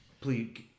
Please